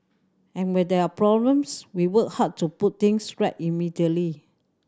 and when there are problems we work hard to put things right immediately